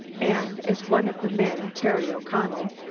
and as one of the men, terry o'connel,